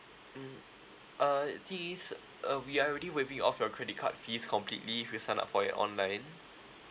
mm uh the thing is uh we are already waiving off your credit card fees completely if you sign up for it online